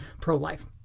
pro-life